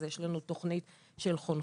אז יש לנו תוכנית של חונכות,